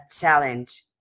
challenge